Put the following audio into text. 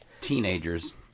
teenagers